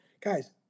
guys